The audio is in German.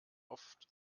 oft